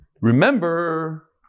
remember